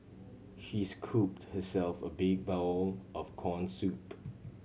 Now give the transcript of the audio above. he scooped herself a big bowl of corn soup